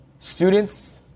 students